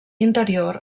interior